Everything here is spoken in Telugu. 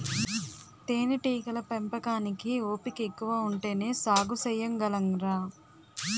తేనేటీగల పెంపకానికి ఓపికెక్కువ ఉంటేనే సాగు సెయ్యగలంరా